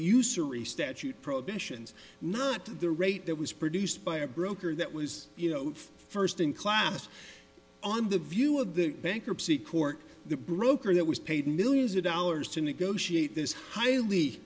usury statute prohibitions not the rate that was produced by a broker that was you know first in class on the view of the bankruptcy court the broker that was paid millions of dollars to negotiate this